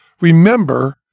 Remember